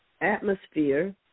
atmosphere